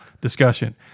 discussion